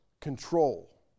control